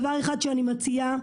אני מציעה